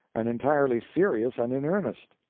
and entirely serious and in earnest.